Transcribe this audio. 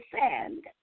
sand